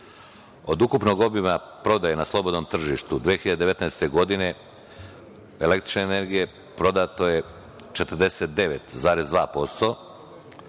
ukupnog obima prodaje na slobodnom tržištu, 2019. godine, električne energije prodato je 49,2%,